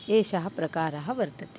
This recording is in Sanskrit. एषः प्रकारः वर्तते